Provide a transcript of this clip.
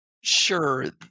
Sure